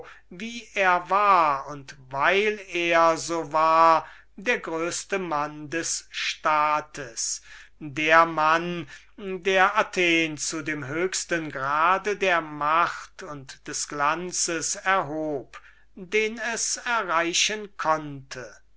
worin er lebte war perikles so wie er war der größte mann der republik der mann der athen zu dem höchsten grade der macht und des glanzes erhub den es zu erreichen